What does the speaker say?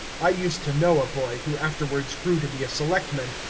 i used to know a boy, who afterwards grew to be a selectman,